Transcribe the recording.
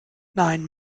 nein